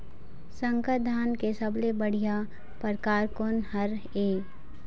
संकर धान के सबले बढ़िया परकार कोन हर ये?